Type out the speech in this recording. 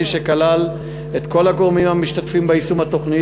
שכלל את כל הגורמים המשתתפים ביישום התוכנית.